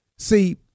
See